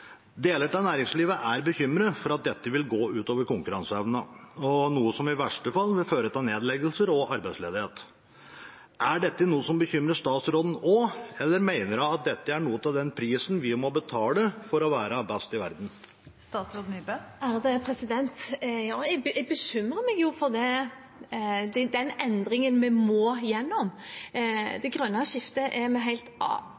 Deler av næringslivet er bekymret for at dette vil gå ut over konkurranseevnen, noe som i verste fall vil føre til nedleggelser og arbeidsledighet. Er dette noe som bekymrer statsråden også, eller mener hun at dette er noe av prisen vi må betale for å være best i verden? Jeg bekymrer meg jo, men det er den endringen vi må igjennom. Det er helt